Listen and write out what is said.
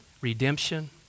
redemption